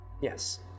Yes